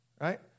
Right